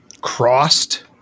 crossed